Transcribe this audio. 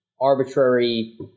arbitrary